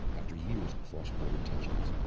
after years of cross-border tensions,